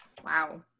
Wow